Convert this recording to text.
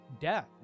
death